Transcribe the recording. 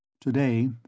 Today